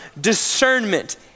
discernment